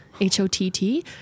h-o-t-t